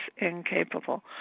incapable